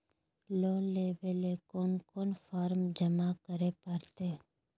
Loan लेवे ले कोन कोन फॉर्म जमा करे परते?